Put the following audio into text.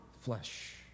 flesh